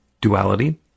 duality